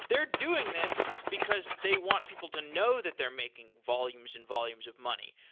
they're doing this, because they want people to know that they're making volumes and volumes of money.